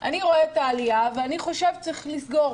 אני רואה את העלייה ואני חושב שצריך לסגור